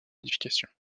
modifications